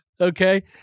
Okay